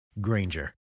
Granger